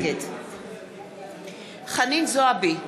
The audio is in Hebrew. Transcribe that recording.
נגד חנין זועבי,